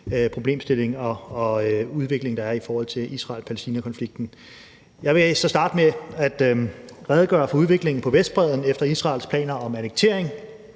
problemstilling og udvikling, der er i forhold til Israel-Palæstina-konflikten. Jeg vil så starte med at redegøre for udviklingen på Vestbredden efter Israels planer om annektering.